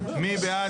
מי בעד?